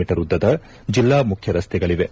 me ಉದ್ದದ ಜಿಲ್ಲಾ ಮುಖ್ಯ ರಸ್ತೆಗಳಿವೆ